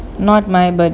not my birthday